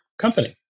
company